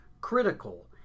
critical